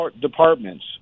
departments